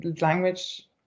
language